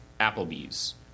Applebee's